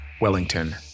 Wellington